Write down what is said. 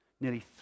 Nearly